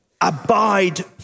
abide